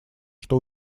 что